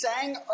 sang